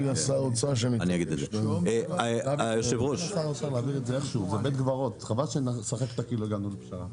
זה בית קברות, חבל שנשחק אותה כאילו הגענו לפשרה.